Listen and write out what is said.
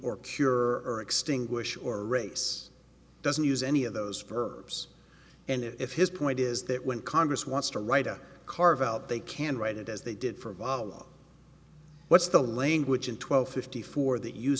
or cure or extinguish or race doesn't use any of those verbs and if his point is that when congress wants to write a carve out they can write it as they did for a while what's the language in twelve fifty four that you